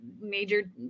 major